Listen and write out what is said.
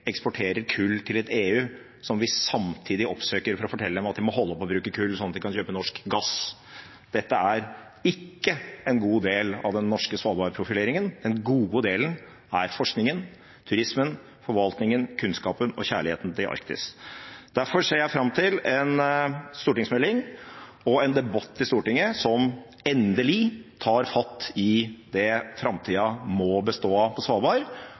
kull til et EU som vi samtidig oppsøker for å fortelle dem at de må holde opp å bruke kull slik at de kan kjøpe norsk gass. Dette er ikke en god del av den norske svalbardprofileringen. Den gode delen er forskningen, turismen, forvaltningen, kunnskapen og kjærligheten til Arktis. Derfor ser jeg fram til en stortingsmelding og en debatt i Stortinget som endelig tar fatt i det framtida må bestå av på Svalbard,